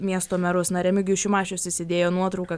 miesto merus remigijus šimašius įsidėjo nuotrauką